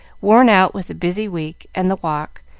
worn out with the busy week and the walk,